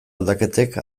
aldaketek